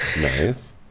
Nice